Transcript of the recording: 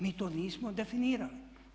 Mi to nismo definirali.